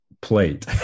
plate